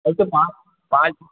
अरे तो पाँच पाँच